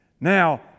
Now